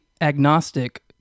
agnostic